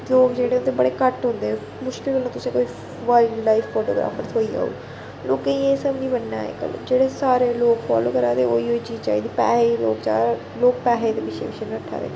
लोक जेह्ड़े होंदे बड़े घट्ट होंदे मुश्कल कन्नै तुसेंगी कोई वाइल़़्ड लाइफ फोटोग्राफर थ्होई गेआ होग लोकें गी एह् समझ नी बनना अज्जकल जेह्ड़े सारें लोक फालो करा दे ओह् ही चीज़ चाहि्दी पैहे् गी लोक ज्यादा लोके पैहे दे पिच्छै पिच्छै नट्ठै दे